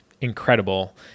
incredible